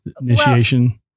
initiation